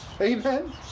Amen